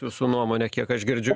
jūsų nuomone kiek aš girdžiu